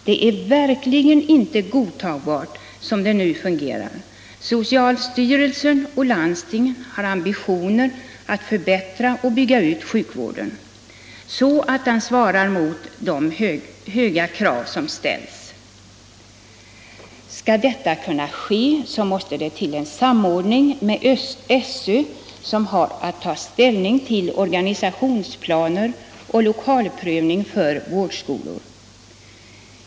Det är verkligen inte godtagbart som det nu fungerar. Socialstyrelsen och landstingen har ambitioner att förbättra och bygga ut sjukvården, så att den svarar mot de höga krav som ställs. Skall detta kunna ske måste det till en samordning med SÖ, som har att ta ställning till organisationsplaner och lokalprövning för vårdskolor.